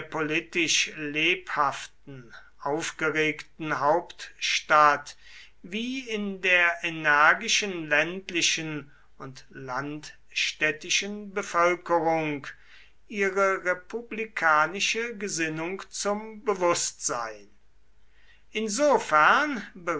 politisch lebhaften aufgeregten hauptstadt wie in der energischen ländlichen und landstädtischen bevölkerung ihre republikanische besinnung zum bewußtsein insofern